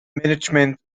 management